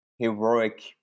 heroic